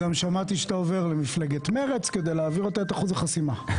גם שמעתי שאתה עובר למפלגת מרצ כדי להעביר אותה את אחוז החסימה.